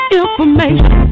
information